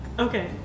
Okay